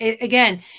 again